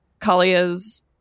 Kalia's